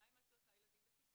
שניים עד שלושה ילדים בכיתה.